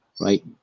right